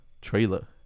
trailer